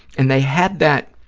and they had that,